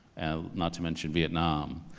ah not to mention vietnam.